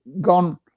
gone